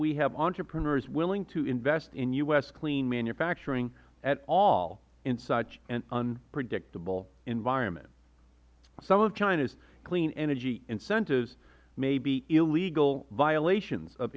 we have entrepreneurs willing to invest in u s clean manufacturing at all in such an unpredictable environment some of china's clean energy incentives may be illegal violations of